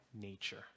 nature